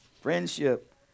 Friendship